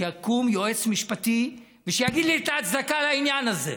שיקום יועץ משפטי ושיגיד לי את ההצדקה לעניין הזה.